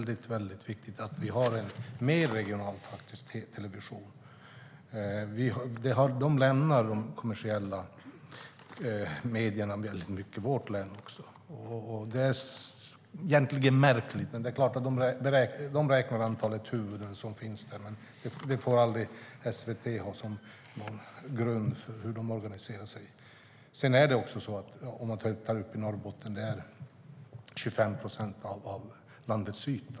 Det är viktigt att vi har en mer regional television. Många av de kommersiella medierna lämnar vårt län. Det är egentligen märkligt, men det är klart att de räknar antalet huvuden som finns där. Det får dock aldrig SVT ha som grund för hur de organiserar sig. Norrbotten utgör 25 procent av landets yta.